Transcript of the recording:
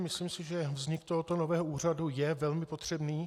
Myslím si, že vznik tohoto nového úřadu je velmi potřebný.